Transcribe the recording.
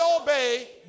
obey